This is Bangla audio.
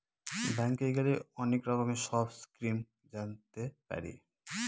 ব্যাঙ্কে গেলে অনেক রকমের সব স্কিম জানতে পারি